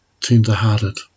tenderhearted